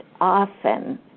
often